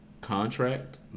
contract